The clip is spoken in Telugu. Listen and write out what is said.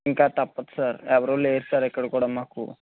ఇంక తప్పదు సార్ ఎవరూ లేరు సార్ ఇక్కడ కూడా మాకు